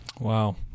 Wow